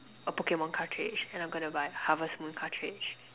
a Pokemon cartridge and I'm gonna buy harvest moon cartridge